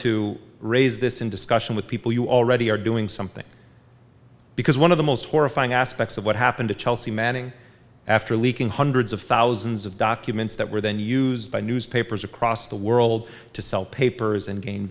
to raise this in discussion with people you already are doing something because one of the most horrifying aspects of what happened to chelsea manning after leaking hundreds of thousands of documents that were then used by newspapers across the world to sell papers and g